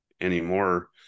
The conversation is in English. anymore